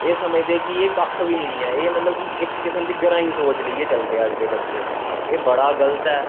एह् समझदे कि एह् कक्ख नी ऐ मतलव कि इक किस्म दी ग्राईं सोच लेईयै चलदे अज्ज दे बच्चे एह् बड़ा गल्त ऐ